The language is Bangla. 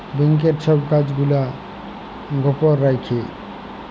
ব্যাংকের ছব গুলা কাজ গুলা গপল রাখ্যে